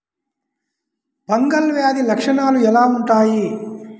Fungal వ్యాధి లక్షనాలు ఎలా వుంటాయి?